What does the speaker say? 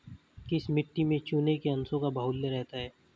किस मिट्टी में चूने के अंशों का बाहुल्य रहता है?